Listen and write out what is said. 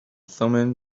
thummim